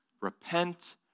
Repent